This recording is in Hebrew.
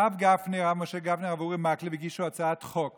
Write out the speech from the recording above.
הרב משה גפני והרב אורי מקלב הגישו הצעת חוק